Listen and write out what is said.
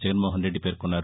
జగన్మోహన్ రెడ్డి పేర్కొన్నారు